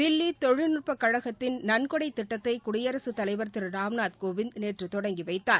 தில்லி தொழில்நுட்பக் கழகத்தின் நன்கொடை திட்டத்தை குடியரசுத் தலைவர் திரு ராம்நாத் கோவிந்த் நேற்று தொடங்கி வைத்தார்